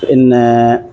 പിന്നേ